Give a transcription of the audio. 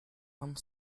and